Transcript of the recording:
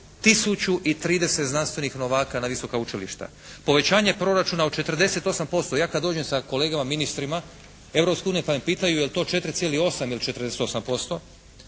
i 30 znanstvenih novaka na visoka učilišta. Povećanje proračuna od 48%. Ja kad dođem sa kolegama ministrima Europske unije pa me pitaju je li to 4,8 ili 48%.